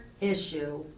issue